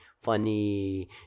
funny